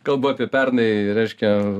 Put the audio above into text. kalbu apie pernai reiškia